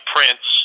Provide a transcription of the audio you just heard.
Prince